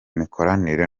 mikoranire